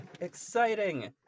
exciting